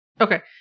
Okay